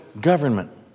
government